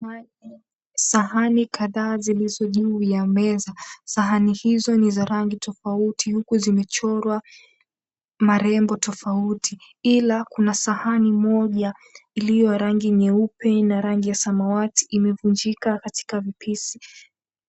Sahani kadhaa zilizo juu ya meza. Sahani hizo ni za rangi tofauti huku zimechorwa marembo tofauti. Ila kuna Sahani moja iliyo rangi nyeupe na rangi ya samawati imevunjika katika vipisi.